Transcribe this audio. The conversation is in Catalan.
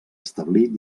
establir